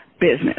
business